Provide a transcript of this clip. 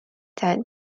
that